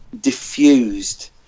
diffused